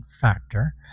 factor